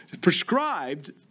prescribed